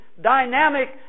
dynamic